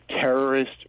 terrorist